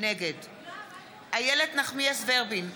נגד איילת נחמיאס ורבין,